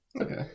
Okay